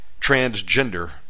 transgender